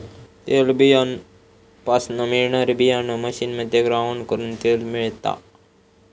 तेलबीयापासना मिळणारी बीयाणा मशीनमध्ये ग्राउंड करून तेल मिळता